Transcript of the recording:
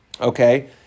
okay